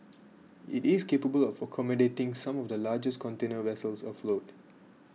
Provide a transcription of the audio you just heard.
it is capable of accommodating some of the largest container vessels afloat